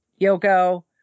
Yoko